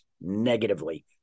negatively